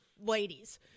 ladies